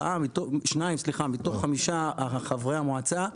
שניים מתוך חמישה חברי מועצה,